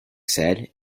said